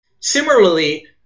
Similarly